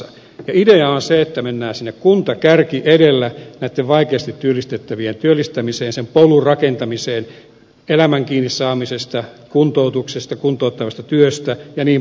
idea on se että mennään kuntakärki edellä sinne näitten vaikeasti työllistettävien työllistämiseen sen polun rakentamiseen elämästä kiinni saamisesta kuntoutuksesta kuntouttavasta työstä jnp